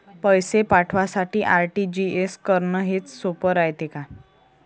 पैसे पाठवासाठी आर.टी.जी.एस करन हेच सोप रायते का?